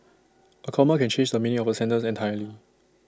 A comma can change the meaning of A sentence entirely